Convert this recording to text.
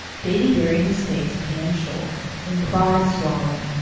davy buried his face in anne's shoulder and cried stormily.